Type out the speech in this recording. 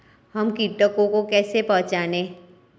हम कीटों को कैसे पहचाने?